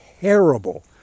terrible